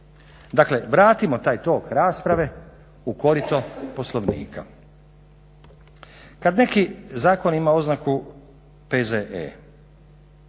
Dakle, vratimo taj tok rasprave u korito Poslovnika. Kad neki zakon ima oznaku P.Z.E